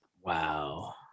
Wow